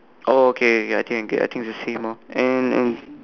oh okay okay I think I get I think it's the same orh and and